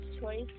choice